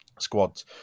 squads